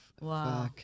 Wow